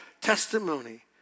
testimony